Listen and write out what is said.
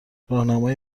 راهنمای